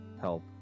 help